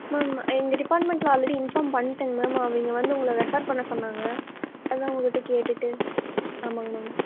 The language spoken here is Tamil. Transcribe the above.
மேம் எங்கள் டிப்பார்ட்மெண்டில் ஆல்ரெடி இன்ஃபார்ம் பண்ணிட்டேங்க மேம் அவங்க வந்து உங்களை ரெஃபர் பண்ண சொன்னாங்க அதான் உங்கள்கிட்ட கேட்டுவிட்டு ஆமாங்க மேம்